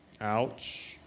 Ouch